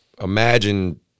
imagine